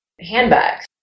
handbags